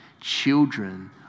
children